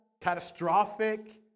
catastrophic